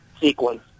sequence